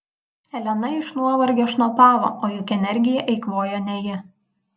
elena iš nuovargio šnopavo o juk energiją eikvojo ne ji